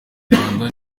rwanda